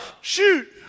Shoot